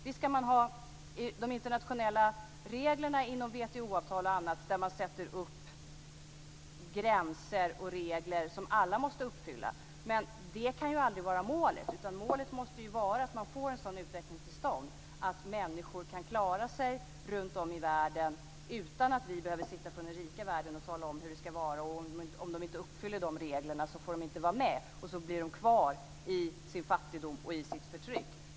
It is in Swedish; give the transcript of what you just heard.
Visst ska vi ha de internationella reglerna inom WTO-avtal och annat där man sätter upp gränser och regler som alla måste uppfylla, men det kan aldrig vara målet. Målet måste vara att man får en sådan utveckling till stånd att människor kan klara sig runtom i världen utan att vi från den rika världen ska behöva tala om hur de ska vara, tala om att om de inte uppfyller reglerna får de inte vara med. Så blir de kvar i sin fattigdom och i sitt förtryck.